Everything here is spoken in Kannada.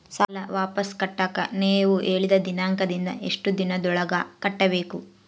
ಸಾಲ ವಾಪಸ್ ಕಟ್ಟಕ ನೇವು ಹೇಳಿದ ದಿನಾಂಕದಿಂದ ಎಷ್ಟು ದಿನದೊಳಗ ಕಟ್ಟಬೇಕು?